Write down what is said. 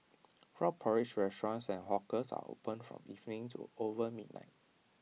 frog porridge restaurants and hawkers are opened from evening to over midnight